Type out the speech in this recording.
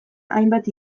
hainbat